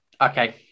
Okay